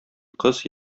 кыз